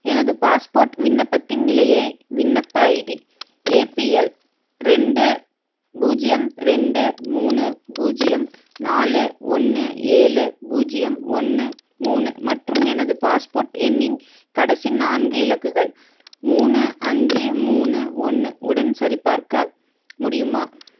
எனது பாஸ்போர்ட் விண்ணப்பத்தின் நிலையை விண்ணப்ப ஐடி ஏபிஎல் ரெண்டு பூஜ்ஜியம் ரெண்டு மூணு பூஜ்ஜியம் நாலு ஒன்று ஏழு பூஜ்ஜியம் ஒன்று மூணு மற்றும் எனது பாஸ்போர்ட் எண்ணின் கடைசி நான்கு இலக்குகள் மூணு அஞ்சு மூணு ஒன்று உடன் சரிபார்க்க முடியுமா